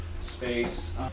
space